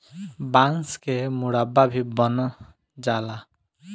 बांस के मुरब्बा भी बन जाला